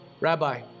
Rabbi